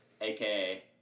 aka